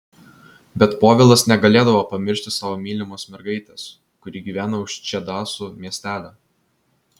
bet povilas negalėdavo pamiršti savo mylimos mergaitės kuri gyveno už čedasų miestelio